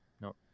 No